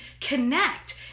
connect